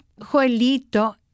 Joelito